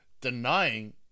denying